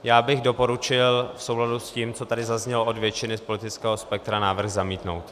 Já bych doporučil v souladu s tím, co tady zaznělo od většiny z politického spektra, návrh zamítnout.